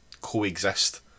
coexist